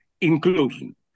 inclusion